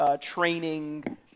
training